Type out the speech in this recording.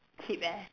cheap eh